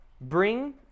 bring